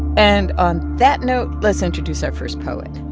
and on that note, let's introduce our first poet,